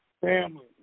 family